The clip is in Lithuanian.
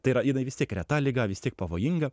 tai yra jinai vis tiek reta liga vis tiek pavojinga